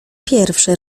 pierwszy